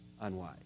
unwise